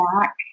back